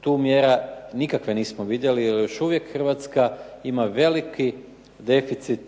tu mjera nikakve nismo vidjeli jer još uvijek Hrvatska ima veliki deficit